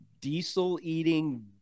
diesel-eating